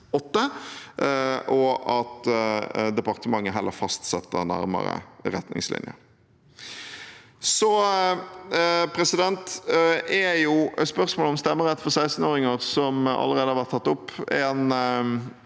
og at departementet heller fastsetter nærmere retningslinjer. Så er spørsmålet om stemmerett for 16-åringer, som allerede har vært tatt opp, en